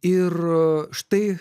ir štai